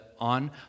on